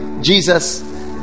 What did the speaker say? Jesus